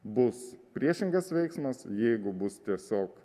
bus priešingas veiksmas jeigu bus tiesiog